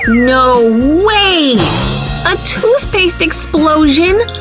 no. way a toothpaste explosion!